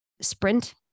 sprint